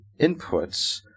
inputs